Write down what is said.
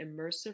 immersive